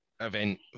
event